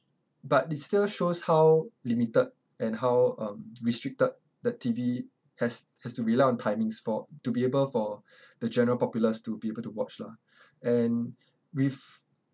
but this still shows how limited and how um restricted that T_V has has to rely on timing spot to be able for the general populace to be able to watch lah and with